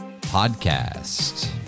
Podcast